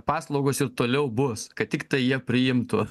paslaugos ir toliau bus kad tiktai jie priimtų